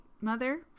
mother